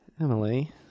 Emily